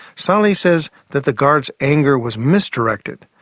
sahli says that the guards' anger was misdirected.